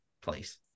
place